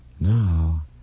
Now